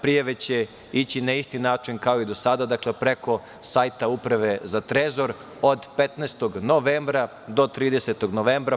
Prijave će ići na isti način kao i do sada, dakle, preko sajta uprave za trezor od 15. novembra do 30 novembra.